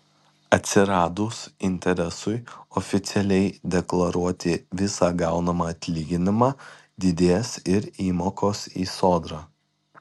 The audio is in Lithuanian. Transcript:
atsiradus interesui oficialiai deklaruoti visą gaunamą atlyginimą didės ir įmokos į sodrą